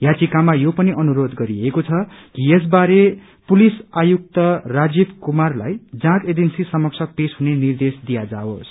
याचिकामा यो पनि अनुरोध गरिएको छ कि यस बारे पुलिस आयुक्त राजीव कुमारलाई जाँच एजेंसी समक्ष पेश हुने निर्देश दिया जाओस्